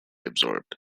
absorbed